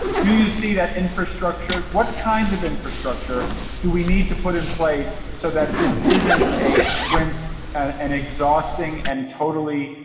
do you see that infrastructure? what kinds of infrastructure do we need to put in place, so that this isn't a sprint and exhausting and totally